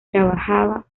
trabajaba